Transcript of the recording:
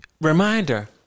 reminder